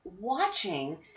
watching